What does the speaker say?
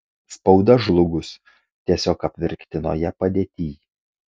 spauda žlugus tiesiog apverktinoje padėtyj